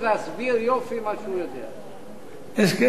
יש כאלה שגם בעשר דקות לא יכולים להסביר את העניין.